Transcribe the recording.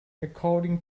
according